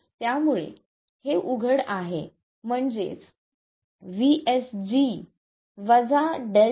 त्यामुळे हे उघड आहे म्हणजे VSG ΔVSG